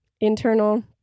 internal